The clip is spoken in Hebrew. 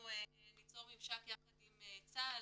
אנחנו ניצור ממשק יחד עם צה"ל,